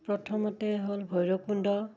প্ৰথমতে হ'ল ভৈৰৱকুণ্ড